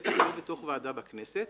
בטח לא בתוך ועדה בכנסת,